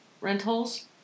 rentals